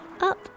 up